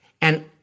and-